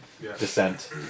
descent